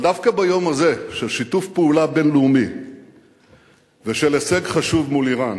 אבל דווקא ביום הזה של שיתוף פעולה בין-לאומי ושל הישג חשוב מול אירן,